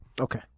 Okay